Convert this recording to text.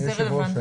אדוני היושב-ראש,